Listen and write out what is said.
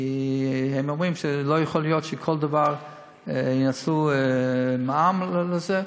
כי הם אומרים שלא יכול להיות שכל דבר ינצלו מע"מ לזה.